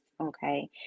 okay